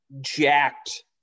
jacked